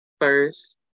first